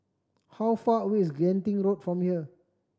how far away is Genting Road from here